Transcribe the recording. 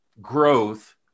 growth